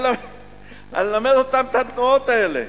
אני אלמד אותם את התנועות האלה.